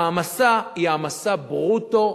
ההעמסה היא העמסה ברוטו,